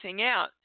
out